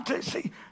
See